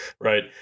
right